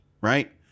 right